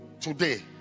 Today